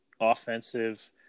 offensive